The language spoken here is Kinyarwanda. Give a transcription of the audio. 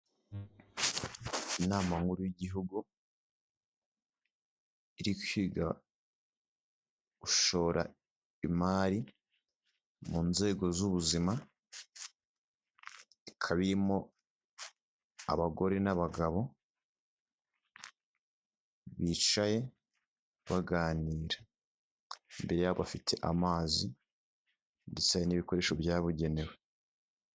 Inama nkuru y'igihugu iri kwiga gushora imari mu nzego z'ubuzima, ikaba irimo abagore n'abagabo bicaye baganira, imbere yabo bafite amazi ndetse n'ibikoresho byabugenewe.